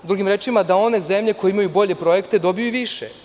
Drugim rečima, da one zemlje koje imaju bolje projekte dobiju više.